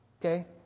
okay